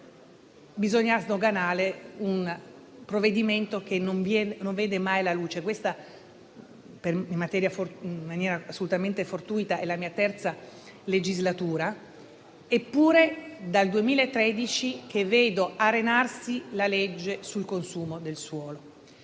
bisogna sdoganare un provvedimento che non vede mai la luce. Questa, in maniera assolutamente fortuita, è la mia terza legislatura. Eppure, è dal 2013 che vedo arenarsi la legge sul consumo del suolo.